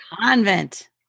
convent